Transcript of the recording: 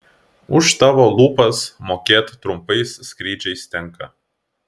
už tavo lūpas mokėt trumpais skrydžiais tenka